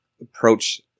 approach